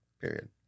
Period